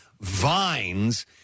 vines